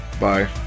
bye